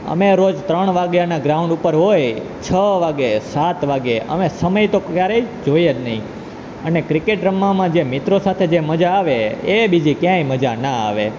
અમે રોજ ત્રણ વાગ્યાના ગ્રાઉન્ડ ઉપર હોઈએ છ વાગે સાત વાગે અમે સમય તો ક્યારેય જોઈએ જ નહીં અને ક્રિકેટ રમવામાં જે મિત્રો સાથે જે મજા આવે એ બીજે ક્યાંય મજા ના આવે